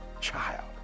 child